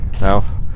Now